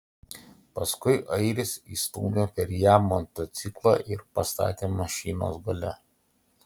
paskui airis įstūmė per ją motociklą ir pastatė mašinos gale